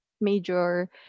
major